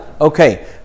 Okay